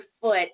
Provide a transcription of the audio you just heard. foot